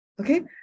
Okay